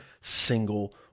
single